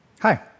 Hi